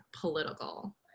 political